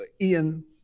Ian